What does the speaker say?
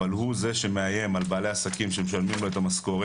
אבל הוא זה שמאיים על בעלי עסקים שמשלמים לו את המשכורת